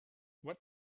what